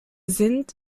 sind